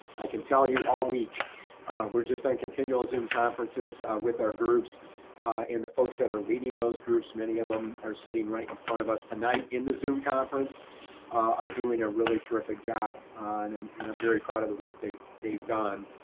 i can tell you all week we're just on continual zoom conferences with our groups and the folks that are leading those groups, many of them are sitting right in front of us tonight in the zoom conference are doing a really terrific job and um i'm very proud of the work they've they've done